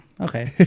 Okay